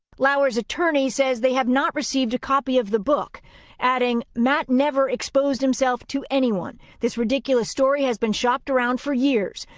louer's attorney says they have not received a copy of the book adding matt never exposed himself to anyone. this ridiculous story has been shopped around for years.